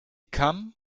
come